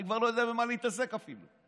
אני כבר לא יודע עם מה להתעסק, אפילו.